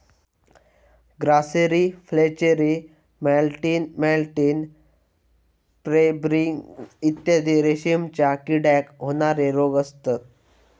grasserie flacherie मॅटिन मॅटिन pebrine इत्यादी रेशीमच्या किड्याक होणारे रोग असत